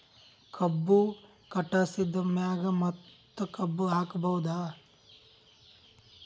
ಕಬ್ಬು ಕಟಾಸಿದ್ ಮ್ಯಾಗ ಮತ್ತ ಕಬ್ಬು ಹಾಕಬಹುದಾ?